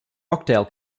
rockdale